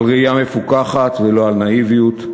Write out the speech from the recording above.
על ראייה מפוכחת ולא על נאיביות,